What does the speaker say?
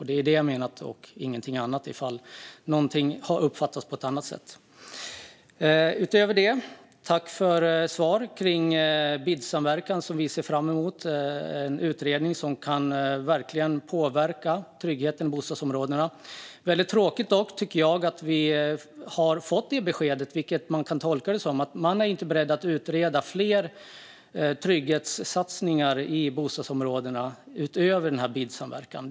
Det är det jag menar och inget annat, även om något har uppfattats på annat sätt. Jag tackar för svaret om BID-samverkan. Vi ser fram emot en utredning som verkligen kan påverka tryggheten i bostadsområdena. Det är dock tråkigt att vi har fått beskedet, vilket vi kan tolka det som, att man inte är beredd att utreda fler trygghetssatsningar i bostadsområdena utöver BID-samverkan.